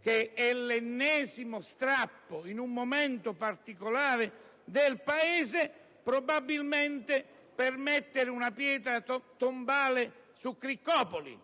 che questo è l'ennesimo strappo fatto in un momento particolare del Paese, probabilmente per mettere una pietra tombale su "criccopoli",